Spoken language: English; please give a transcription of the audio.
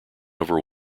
over